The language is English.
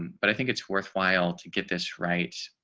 but i think it's worthwhile to get this right.